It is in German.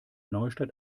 neustadt